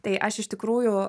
tai aš iš tikrųjų